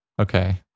Okay